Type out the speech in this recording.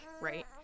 right